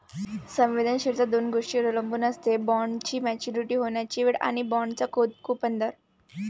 संवेदनशीलता दोन गोष्टींवर अवलंबून असते, बॉण्डची मॅच्युरिटी होण्याची वेळ आणि बाँडचा कूपन दर